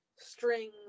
Strings